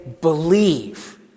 believe